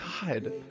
God